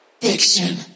fiction